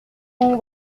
donc